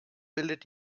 bildet